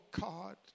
God